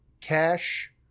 Cash